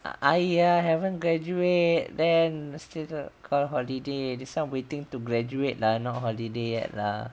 I uh haven't graduate then still dekat holiday this kind waiting to graduate lah not holiday yet lah